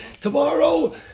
tomorrow